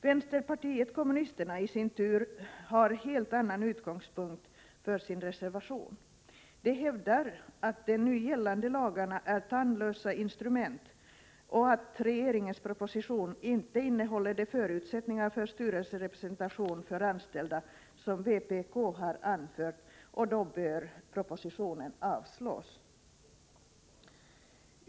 Vänsterpartiet kommunisterna i sin tur har en helt annan utgångspunkt för sin reservation. De hävdar att de nu gällande lagarna är tandlösa instrument, att regeringens proposition inte innehåller de förutsättningar för styrelserepresentation för anställda som vpk har anfört och att propositionen då bör avslås.